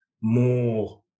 more